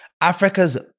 Africa's